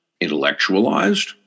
intellectualized